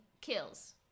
kills